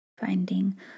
finding